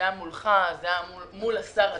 זה היה מולך, זה היה מול השר עצמו.